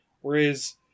Whereas